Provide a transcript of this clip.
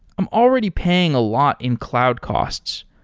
i'm already paying a lot in cloud costs.